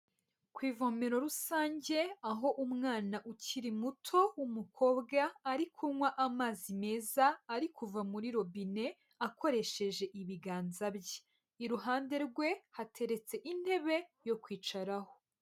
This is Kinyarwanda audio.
Ku ivomero rusange aho umwana ukiri muto w'umukobwa ari kunywa amazi meza ari kuva muri robine akoresheje ibiganza bye, iruhande rwe hateretse intebe yo kwicaraho.